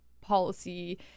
policy